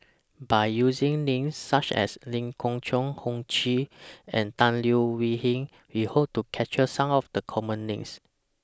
By using Names such as Lee Khoon Choy Ho Ching and Tan Leo Wee Hin We Hope to capture Some of The Common Names